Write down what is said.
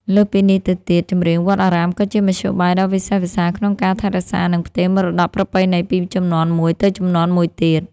លើសពីនេះទៅទៀត ចម្រៀងវត្តអារាមក៏ជាមធ្យោបាយដ៏វិសេសវិសាលក្នុងការថែរក្សា និងផ្ទេរមរតកប្រពៃណីពីជំនាន់មួយទៅជំនាន់មួយទៀត។